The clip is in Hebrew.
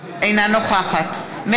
בעד איתן ברושי, אינו נוכח עמר בר-לב,